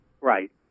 Right